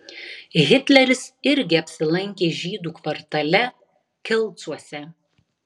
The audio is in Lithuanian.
hitleris irgi apsilankė žydų kvartale kelcuose